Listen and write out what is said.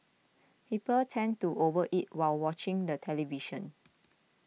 people tend to over eat while watching the television